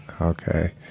okay